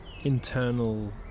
internal